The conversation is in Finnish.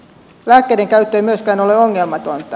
lääkkeiden käyttö ei myöskään ole ongelmatonta